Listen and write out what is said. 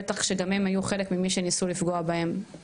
בטח שגם הם היו חלק ממי שניסו לפגוע בהם.